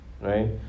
right